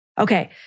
Okay